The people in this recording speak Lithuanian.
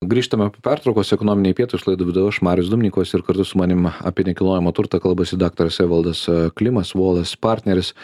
grįžtame po pertraukos ekonominiai pietūs laidą vedu aš marius dubnikovas ir kartu su manim apie nekilnojamą turtą kalbasi daktaras evaldas klimas volis partneris